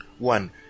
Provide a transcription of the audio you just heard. One